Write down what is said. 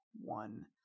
one